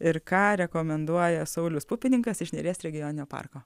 ir ką rekomenduoja saulius pupininkas iš neries regioninio parko